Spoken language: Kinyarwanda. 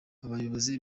abayobozi